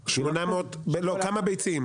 לא, כמה ביצים?